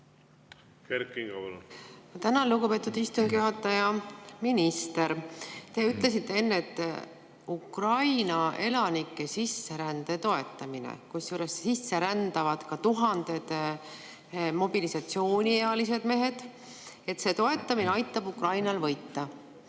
Kingo, palun! Tänan, lugupeetud istungi juhataja! Minister! Te ütlesite enne, et Ukraina elanike sisserände toetamine, kusjuures sisse rändavad ka tuhanded mobilisatsiooniealised mehed, aitab Ukrainal võita.